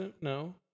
no